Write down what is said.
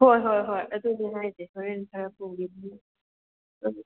ꯍꯣꯏ ꯍꯣꯏ ꯍꯣꯏ ꯑꯗꯨꯅꯦ ꯍꯥꯏꯁꯦ ꯍꯣꯔꯦꯟ ꯈꯔ ꯄꯨꯒꯤ